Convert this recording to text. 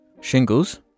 Shingles